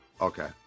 Okay